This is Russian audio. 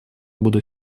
буду